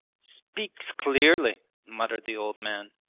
speaks clearly muttered the old man.